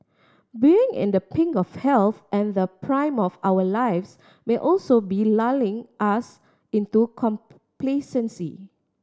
being in the pink of health and the prime of our lives may also be lulling us into complacency